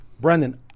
Brandon